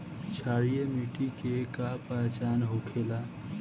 क्षारीय मिट्टी के का पहचान होखेला?